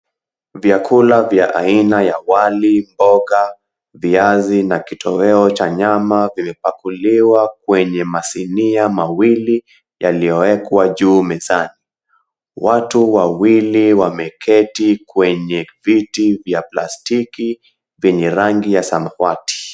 Vyakula vya aina ya wali, mboga, viazi na kitoweo cha nyama vimepakuliwa kwenye masinia mawili yaliyowekwa juu mezani. Watu wawili wameketi kwenye viti vya plastiki vyenye rangi ya samawati.